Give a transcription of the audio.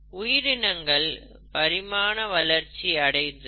உயிரினங்கள் பரிமாண வளர்ச்சி அடைந்தது